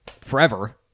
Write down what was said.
forever